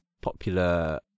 popular